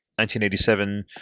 1987